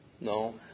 No